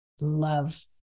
love